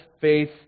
faith